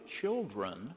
children